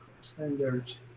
standards